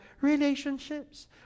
relationships